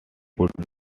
could